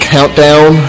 Countdown